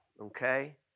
okay